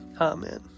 Amen